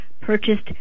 purchased